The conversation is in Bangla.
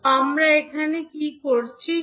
তো আমরা এখানে কি করছি